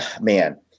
man